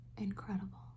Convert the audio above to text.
Incredible